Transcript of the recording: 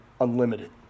unlimited